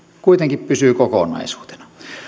kuitenkin pysyy kokonaisuutena